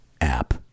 app